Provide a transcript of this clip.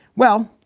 well,